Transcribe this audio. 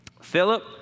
Philip